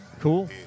cool